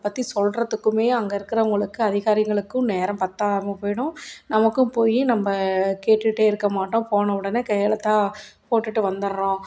அதைப்பத்தி சொல்லுறத்துக்குமே அங்கே இருக்கிறவங்களுக்கு அதிகாரிங்களுக்கும் நேரம் பத்தாமல் போயிவிடும் நமக்கும் போய் நம்ப கேட்டுகிட்டே இருக்கமாட்டோம் போன உடனே கையெலுத்தாக போட்டுவிட்டு வந்துவிட்றோம்